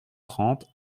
trente